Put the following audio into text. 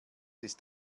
ist